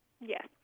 Yes